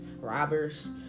robbers